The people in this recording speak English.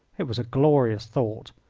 it was a glorious thought.